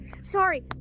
sorry